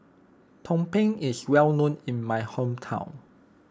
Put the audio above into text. Tumpeng is well known in my hometown